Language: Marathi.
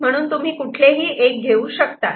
त्यामुळे तुम्ही कुठलेही एक घेऊ शकतात